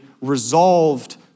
resolved